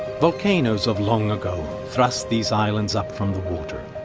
volcanoes of long ago thrust these islands up from the water,